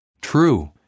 True